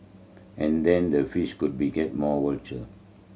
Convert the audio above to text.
and then the fish could be get more voucher